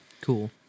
Cool